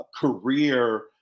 career